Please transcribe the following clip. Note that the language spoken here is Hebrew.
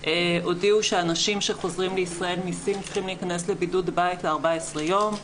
הודיעו שאנשים שחוזרים לישראל מסין צריכים להיכנס לבידוד בית ל-14 יום.